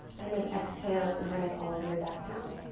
and then exhale to bring it all the way back down.